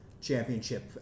Championship